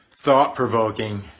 thought-provoking